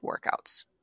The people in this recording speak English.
workouts